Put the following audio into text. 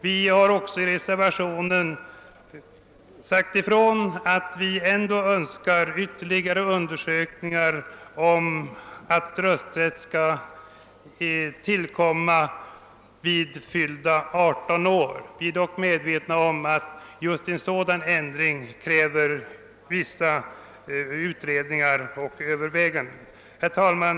Vi reservanter förordar även att det företas ytterligare undersökningar beträffande en sänkning av rösträttsåldern till fyllda 18 år. Vi är nämligen medvetna om att en sådan ändring kräver vissa utredningar och överväganden. Herr talman!